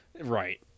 Right